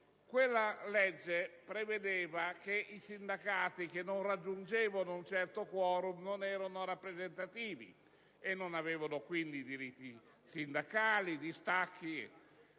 suddetta legge, si prevedeva che i sindacati che non raggiungevano un certo *quorum* non erano rappresentativi e non avevano dunque diritti sindacali, distacchi